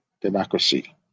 democracy